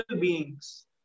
beings